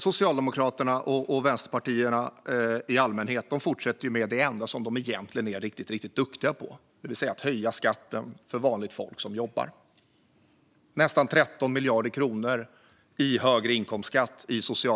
Socialdemokraterna och vänsterpartierna i allmänhet fortsätter med det enda de egentligen är riktigt, riktigt duktiga på: att höja skatten för vanligt folk som jobbar. Socialdemokraternas förslag innebär nästan 13 miljarder kronor i högre inkomstskatt.